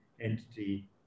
entity